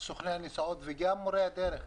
על סוכני הנסיעות וגם על מורי הדרך.